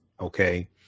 Okay